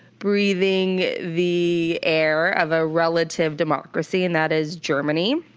breathing the air of a relative democracy and that is germany.